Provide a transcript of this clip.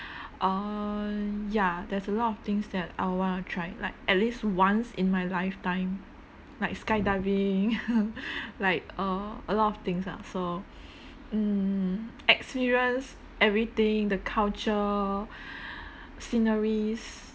err ya there's a lot of things that I'll want to try like at least once in my lifetime like skydiving like uh a lot of things lah so mm experience everything the culture sceneries